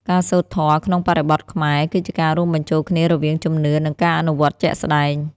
ការសូត្រធម៌ក្នុងបរិបទខ្មែរ គឺជាការរួមបញ្ចូលគ្នារវាងជំនឿ និងការអនុវត្តជាក់ស្ដែង។